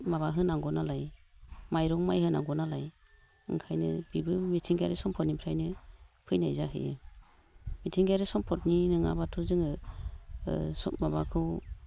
माबा होनांगौ नालाय माइरं माइ होनांगौ नालाय ओंखायनो बेबो मिथिंगायारि सम्फदनिफ्रायनो फैनाय जाहैयो मिथिंगायारि सम्फदनि नङाब्लाथ' जोङो ओ माबाखौ